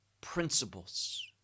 principles